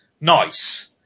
nice